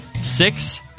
six